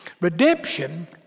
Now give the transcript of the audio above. Redemption